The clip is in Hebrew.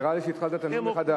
נראה לי שהתחלת את הנאום מחדש.